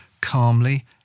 calmly